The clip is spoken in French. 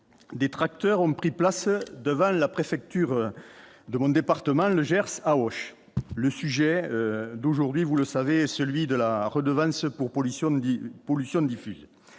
des tracteurs ont pris place devant la préfecture de départements, le Gers, à Auch, le sujet d'aujourd'hui, vous le savez, est celui de la redevance pour pollution dit